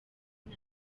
rya